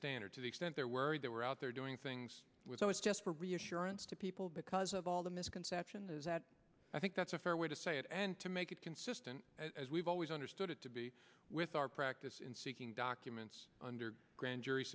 standard to the extent they're worried that we're out there doing things with always just for reassurance to people because of all the misconception is that i think that's a fair way to say it and to make it consistent as we've always understood it to be with our practice in seeking documents under grand jury